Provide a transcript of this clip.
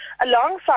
alongside